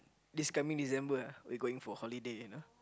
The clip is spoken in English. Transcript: this coming December ah we going for holiday you know